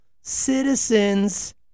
citizens